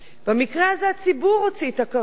במקרה הזה, הציבור הוציא את הכרטיס האדום,